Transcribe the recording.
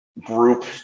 group